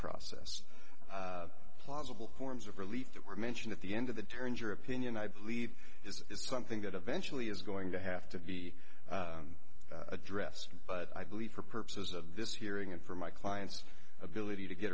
process plausible forms of relief that were mentioned at the end of the turn your opinion i believe is something that eventually is going to have to be addressed but i believe for purposes of this hearing and from my client's ability to get